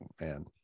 man